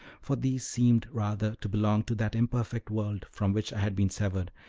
for these seemed rather to belong to that imperfect world from which i had been severed,